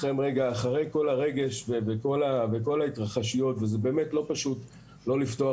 ואחרי כל הרגש וכל ההתרחשויות וזה באמת לא פשוט לא לפתוח